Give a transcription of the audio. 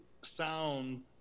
sound